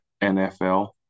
NFL